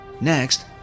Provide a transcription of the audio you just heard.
Next